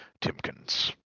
Timkins